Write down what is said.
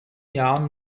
jahren